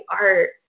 art